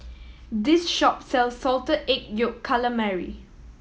this shop sells Salted Egg Yolk Calamari